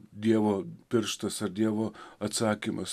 dievo pirštas ar dievo atsakymas